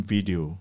Video